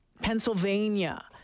Pennsylvania